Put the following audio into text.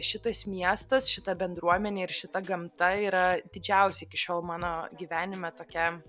šitas miestas šita bendruomenė ir šita gamta yra didžiausia iki šiol mano gyvenime tokia